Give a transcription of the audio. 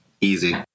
Easy